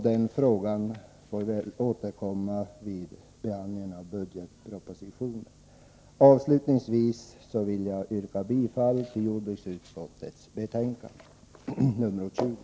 Den frågan får väl återkomma vid behandlingen av budgetpropositionen. Avslutningsvis vill jag yrka bifall till jordbruksutskottets hemställan i betänkandet nr 20.